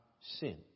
sin